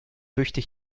fürchte